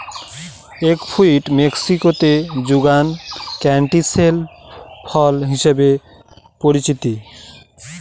egg fruit মেক্সিকোতে যুগান canistel ফল হিসাবে পরিচিত